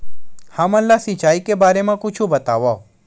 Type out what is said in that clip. हमन ला सिंचाई के बारे मा कुछु बतावव?